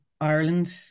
Ireland